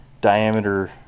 diameter